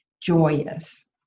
joyous